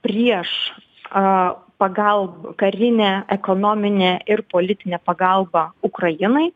prieš a pagalb karinę ekonominę ir politinę pagalbą ukrainai